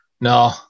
No